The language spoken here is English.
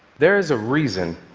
there is a reason